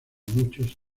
muchos